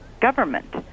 government